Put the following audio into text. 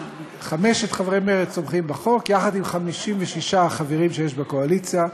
חמשת חברי מרצ תומכים בחוק יחד עם 56 חברים שיש בקואליציה,